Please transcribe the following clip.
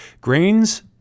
grains